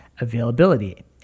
availability